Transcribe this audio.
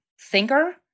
thinker